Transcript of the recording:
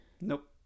Nope